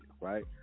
right